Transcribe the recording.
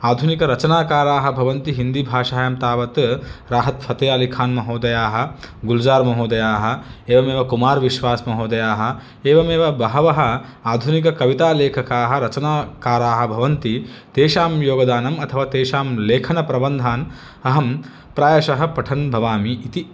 आधुनिकरचनाकाराः भवन्ति हिन्दीभाषायां तावत् राहत् फ़ते अलिखान् महोदयाः गुल्जार् महोदयाः एवमेव कुमार् विश्वास् महोदयाः एवमेव बहवः आधुनिककवितालेखकाः रचनाकाराः भवन्ति तेषां योगदानम् अथवा तेषां लेखनप्रबन्धान् अहं प्रायशः पठन् भवामि इति